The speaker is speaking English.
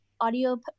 audio